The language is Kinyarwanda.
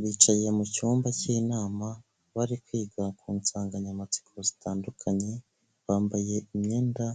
Bicaye mu cyumba cy'inama bari kwiga ku nsanganyamatsiko zitandukanye, bambaye imyenda: